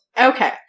okay